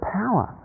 power